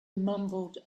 mumbled